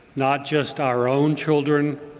not just our own children,